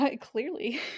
Clearly